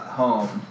home